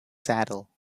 saddle